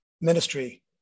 ministry